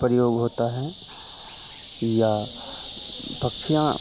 प्रयोग होता है या पक्षियाँ